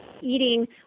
eating